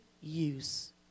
use